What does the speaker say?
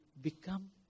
become